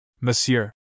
Monsieur